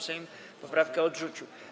Sejm poprawkę odrzucił.